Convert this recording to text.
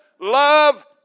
love